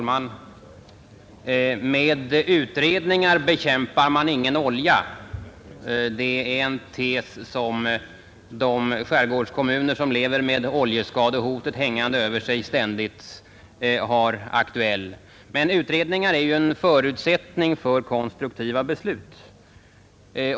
Herr talman Med utredningar bekämpar man inte olja — det är en tes som de skärgårdskommuner som lever med oljeskadehotet hängande över sig ständigt har aktuell. Men utredningar är ju en förutsättning för konstruktiva beslut.